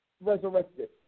resurrected